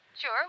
Sure